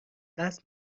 قصد